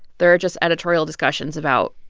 there are just editorial discussions about,